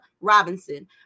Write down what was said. Robinson